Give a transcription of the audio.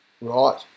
Right